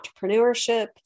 entrepreneurship